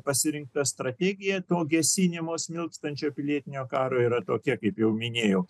pasirinkta strategija to gesinimo smilkstančio pilietinio karo yra tokia kaip jau minėjau